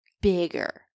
bigger